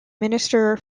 minister